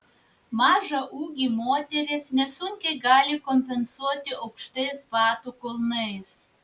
mažą ūgį moterys nesunkiai gali kompensuoti aukštais batų kulnais